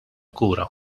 kura